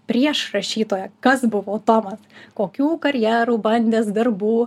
prieš rašytoją kas buvo tomas kokių karjerų bandęs darbų